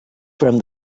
from